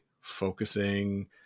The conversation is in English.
focusing